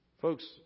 Folks